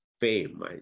fame